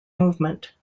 movement